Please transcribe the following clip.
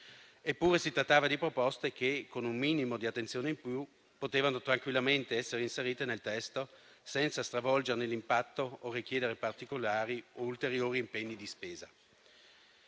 Eppure, si trattava di proposte che, con un minimo di attenzione in più, potevano tranquillamente essere inserite nel testo, senza stravolgerne l'impatto o richiedere particolari ulteriori impegni di spesa.